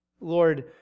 Lord